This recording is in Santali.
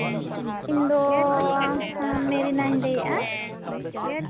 ᱤᱧ ᱫᱚ ᱢᱮᱨᱤᱱᱟᱧ ᱞᱟᱹᱭᱮᱜᱼᱟ